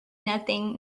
nothing